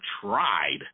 tried